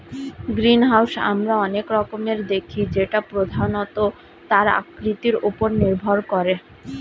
greenhouse আমরা অনেক রকমের দেখি যেটা প্রধানত তার আকৃতির ওপর নির্ভর করে